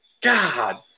God